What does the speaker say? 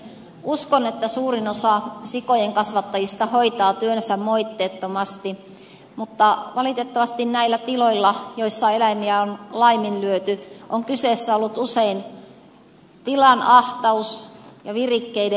uskon että suurin osa sikojen kasvattajista hoitaa työnsä moitteettomasti mutta valitettavasti näillä tiloilla joilla eläimiä on laiminlyöty on kyseessä ollut usein tilanahtaus ja virikkeiden puute